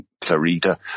Clarita